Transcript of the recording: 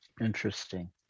interesting